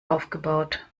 aufgebaut